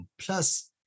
Plus